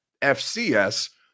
FCS